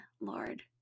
Lord